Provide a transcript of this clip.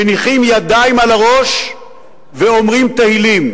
מניחים ידיים על הראש ואומרים תהילים?